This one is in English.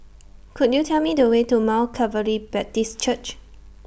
Could YOU Tell Me The Way to Mount Calvary Baptist Church